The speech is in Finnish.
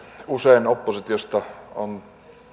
usein oppositiosta on